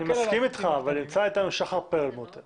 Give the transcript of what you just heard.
אני מסכים אתך אבל נמצא אתנו שחר פרלמוטר